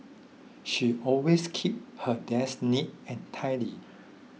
she always keeps her desk neat and tidy